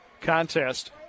contest